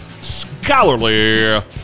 scholarly